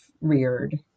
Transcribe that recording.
reared